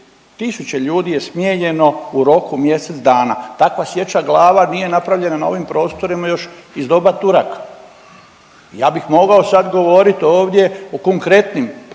tisuće ljudi je smijenjeno u roku mjesec dana. Takva sječa glava nije napravljena na ovim prostorima još iz doba Turaka. Ja bih mogao sad govorit ovdje o konkretnim slučajevima,